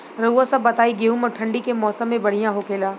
रउआ सभ बताई गेहूँ ठंडी के मौसम में बढ़ियां होखेला?